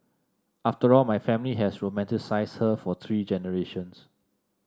after all my family has romanticised her for three generations